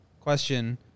question